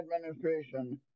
administration